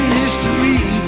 history